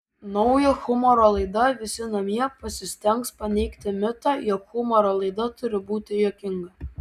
nauja humoro laida visi namie pasistengs paneigti mitą jog humoro laida turi būti juokinga